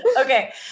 Okay